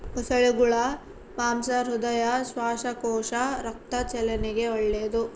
ಮೊಸಳೆಗುಳ ಮಾಂಸ ಹೃದಯ, ಶ್ವಾಸಕೋಶ, ರಕ್ತ ಚಲನೆಗೆ ಒಳ್ಳೆದು